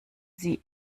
sie